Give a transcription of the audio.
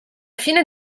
fine